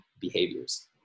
behaviors